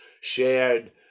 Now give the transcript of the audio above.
shared